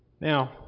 Now